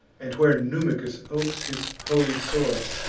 and where numicus opes his holy source.